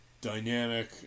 dynamic